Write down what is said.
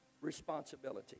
responsibility